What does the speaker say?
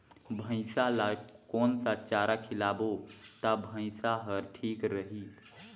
भैसा ला कोन सा चारा खिलाबो ता भैंसा हर ठीक रही?